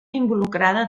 involucrada